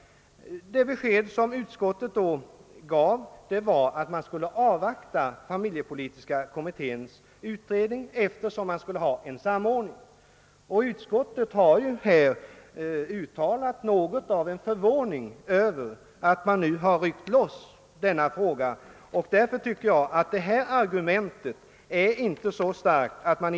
Det besked utskottet då gav var att familjepolitiska kommitténs arbete skulle avvaktas, eftersom detta syftade till en samordning. Utskottet har nu också uttalat viss förvåning över att frågan om bidragsförskotten ryckts ut ur detta arbete. Utskottets argumentering är därför inte särskilt stark.